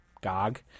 GOG